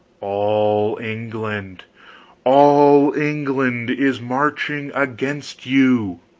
all england all england is marching against you!